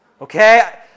Okay